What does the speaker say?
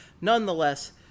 nonetheless